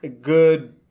good